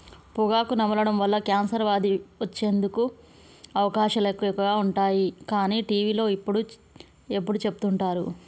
పొగాకు నమలడం వల్ల కాన్సర్ వ్యాధి వచ్చేందుకు అవకాశాలు ఎక్కువగా ఉంటాయి అని టీవీలో ఎప్పుడు చెపుతుంటారు